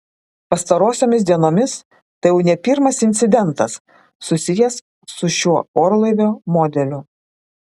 pastarosiomis dienomis tai jau ne pirmas incidentas susijęs su šiuo orlaivio modeliu